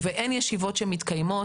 ובאין ישיבות שמתקיימות